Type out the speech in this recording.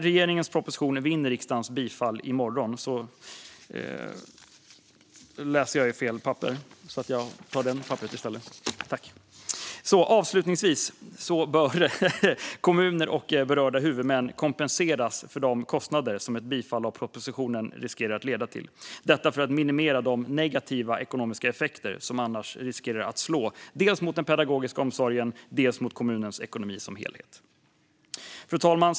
Avslutningsvis, fru talman: Kommuner och berörda huvudmän bör kompenseras för de ökade kostnader som ett bifall av propositionen riskerar att leda till. Detta för att minimera de negativa ekonomiska effekter som annars riskerar att slå dels mot den pedagogiska omsorgen och dels mot kommunens ekonomi som helhet. Fru talman!